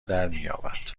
درمیابد